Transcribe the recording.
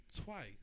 twice